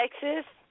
Texas